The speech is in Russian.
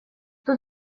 тут